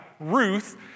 Ruth